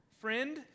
friend